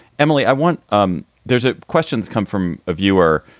emily, i want um there's ah questions come from a viewer.